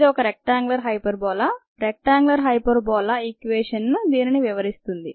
ఇది ఒక rectangular hyperbola rectangular hyperbola equation దీ నిని వివరిస్తుంది